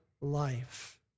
life